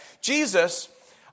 Jesus